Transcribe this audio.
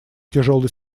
тяжелый